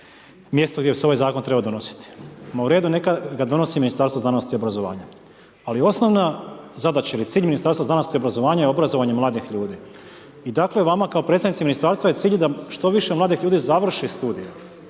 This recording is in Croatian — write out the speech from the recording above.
mjesto gdje se ovaj zakon trebao donositi. Ma u redu, neka ga donosi Ministarstvo znanosti i obrazovanja. Ali, osnovna zadaća ili cilj Ministarstva znanosti i obrazovanja je obrazovanje mladih ljudi. I dakle, vama kao predstavnicima Ministarstva je cilj da što više mladih ljudi završi studij.